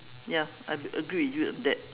ya I agree with you on that